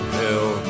hell